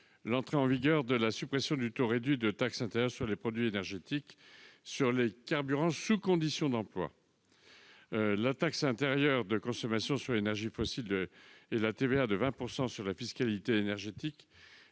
l'entrée en vigueur de la suppression du taux réduit de taxe intérieure sur les produits énergétiques sur les carburants « sous condition d'emploi ». Les taxes intérieures de consommation sur l'énergie fossile et la TVA de 20 % sur la fiscalité énergétique